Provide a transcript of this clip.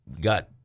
got